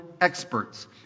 experts